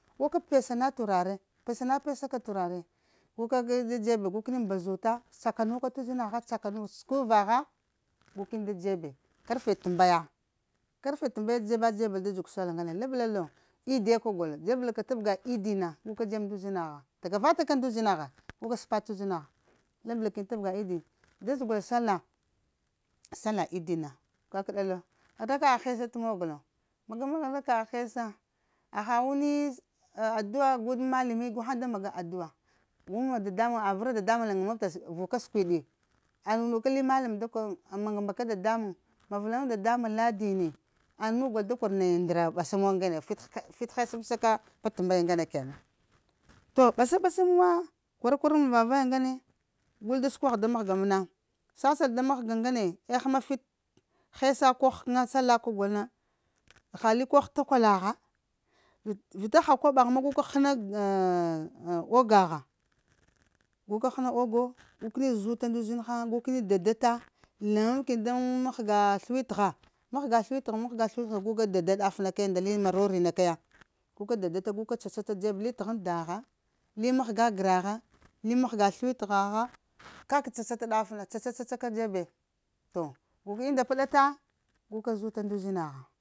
Guka pessana turare, pessanapessaka turare gukani da jeɓɓe gukani mbazuta chakanuka kari ta uzinaha chakanu chuku vaha gukani da jabbe karfe tambaya, karefe tambaya da jebba jebb dow da juguwo salla ngane ediya guka jebbe nda uzinaha tagavatak nda uzinaha guka sapata uzinaha lablakani tabaga edu ja jaugul salla sallah edina kakadalowo raqqa hesse mugulowo magamagel raqqa hessa aha wani adua. a gu lang malami guhang da maga adua. a gulma dadanmban arava dadanmban langambta vuka sukewdi ananu ka lang mallam da korrowo ama mbaka dadanmban ma vallama dadanmban laddani ananu gull da korow nda ndara bassahu ngane titi hessamsala batt tambaya ngane kenan toh basabamuwa kurakural muvalay a ngane gull da sukaha da mahga mana sa sal da mahga ngane fit hessa koh ghakana ka gulna aha koh li ghattak ulaha vita aha koboha ma nagumaka ghana ogaha guka ghanata ogowo gukani zuta nda uzinaha gukani dadata langabkan i da mahga thiwitaha mahga thiwita ha mahga thiwitaha gulda dadata daffana kaya ndaly marori kaya guka dadata guka chacata jebba li tahang daha li mahga garaha hi mahga thiwitaha kakah chacata daffana chacaka jebbe toh endda pata zukani nduzinaha